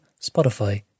Spotify